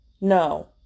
No